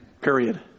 Period